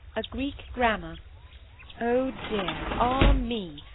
a greek grammar oh, dear! ah, me!